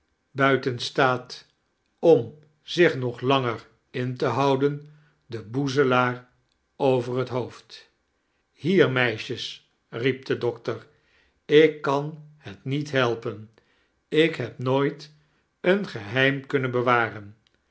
buiten staat om zich nog langeo in te houdem den boeszelaair oveir het hoofd hieir meisjes riep de ctokter ik ban belt niet belpen ik heb xuooriit een geheim kunmem